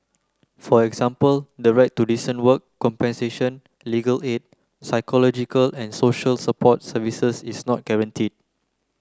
for example the right to decent work compensation legal aid psychological and social support services is not guaranteed